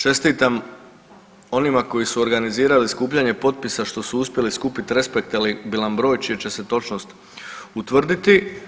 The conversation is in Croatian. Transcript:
Čestitam onima koji su organizirali skupljanje potpisa što su uspjeli skupit respektabilan broj čija će se točnost utvrditi.